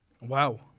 Wow